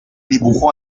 dibujo